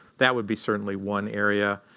that would be certainly one area.